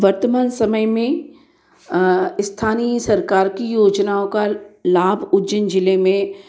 वर्तमान समय में स्थानीय सरकार की योजनाओं का लाभ आज उज्जैन जिले में